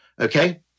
Okay